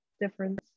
difference